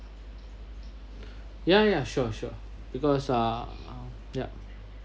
yeah yeah sure sure because uh yup